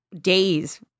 days